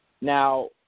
Now